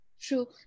True